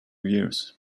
years